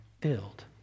filled